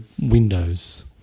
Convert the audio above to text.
windows